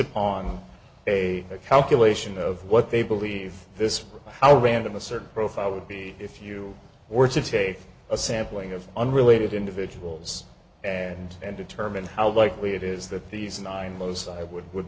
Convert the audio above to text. upon a calculation of what they believe this how random a certain profile would be if you were to take a sampling of unrelated individuals and and determine how likely it is that these nine most i would would